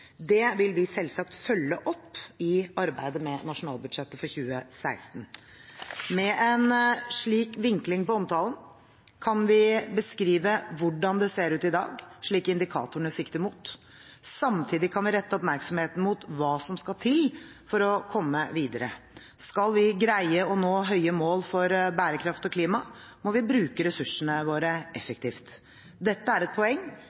Det vil vi selvsagt følge opp i arbeidet med nasjonalbudsjettet for 2016. Med en slik vinkling på omtalen kan vi beskrive hvordan det ser ut i dag, slik indikatorene sikter mot. Samtidig kan vi rette oppmerksomheten mot hva som skal til for å komme videre. Skal vi greie å nå høye mål for bærekraft og klima, må vi bruke ressursene våre effektivt. Dette er et poeng